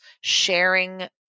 sharing